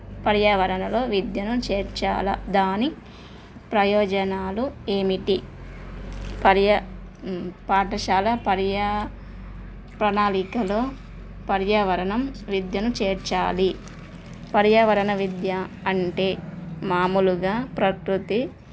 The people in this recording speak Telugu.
పర్యావరణలో విద్యను చేర్చాలా దాని ప్రయోజనాలు ఏమిటి పర్య పాఠశాల పర్యా ప్రణాళికలో పర్యావరణం విద్యను చేర్చాలి పర్యావరణ విద్య అంటే మామూలుగా ప్రకృతి